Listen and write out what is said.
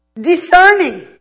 discerning